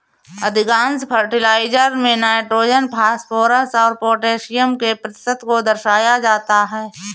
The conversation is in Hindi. अधिकांश फर्टिलाइजर में नाइट्रोजन, फॉस्फोरस और पौटेशियम के प्रतिशत को दर्शाया जाता है